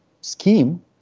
scheme